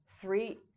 three